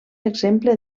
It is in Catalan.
exemple